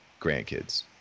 grandkids